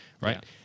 right